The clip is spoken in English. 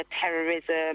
terrorism